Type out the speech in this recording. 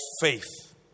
faith